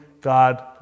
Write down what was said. God